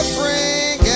bring